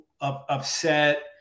upset